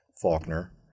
Faulkner